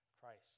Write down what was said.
Christ